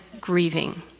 grieving